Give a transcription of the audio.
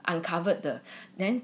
uncovered the then